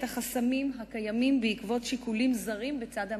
החסמים הקיימים בעקבות שיקולים זרים מצד מעסיקים.